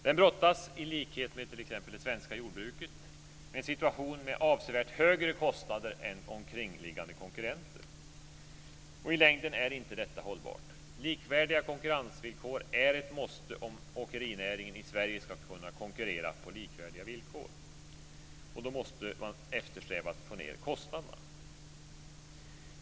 Den brottas i likhet med t.ex. det svenska jordbruket med en situation med avsevärt högre kostnader än sina konkurrenter. I längden är detta inte hållbart. Likvärdiga konkurrensvillkor är ett måste om åkerinäringen i Sverige ska kunna konkurrera på likvärdiga villkor. Och då måste man eftersträva att få ned kostnaderna.